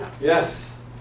Yes